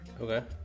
Okay